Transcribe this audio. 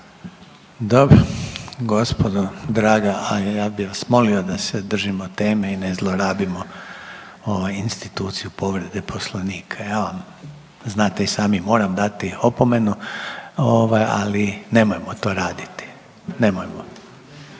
Dobro. Gospodo draga, ali ja bi vas molio da se držimo teme i ne zlorabimo ovu instituciju povrede Poslovnika. Ja vam znate i sami moram dati opomenu, ovaj ali nemojmo to raditi, nemojmo,